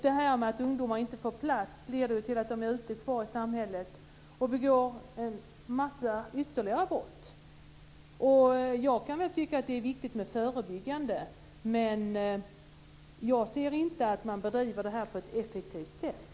Detta med att ungdomar inte får en plats leder ju till att de är kvar ute i samhället och begår en mängd ytterligare brott. Jag kan väl tycka att det är viktigt med det förebyggande men jag ser inte att detta bedrivs på ett effektivt sätt.